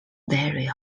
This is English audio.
very